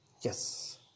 Yes